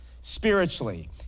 spiritually